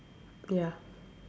ya